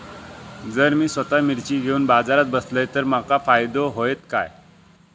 जर मी स्वतः मिर्ची घेवून बाजारात बसलय तर माका फायदो होयत काय?